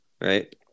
right